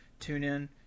TuneIn